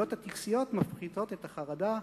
הפעולות הטקסיות מפחיתות את החרדה,